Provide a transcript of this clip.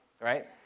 Right